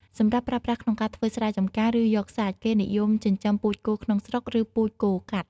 សម្រាប់ប្រើប្រាស់ក្នុងការធ្វើស្រែចំការ ឬយកសាច់ គេនិយមចិញ្ចឹមពូជគោក្នុងស្រុក ឬពូជគោកាត់។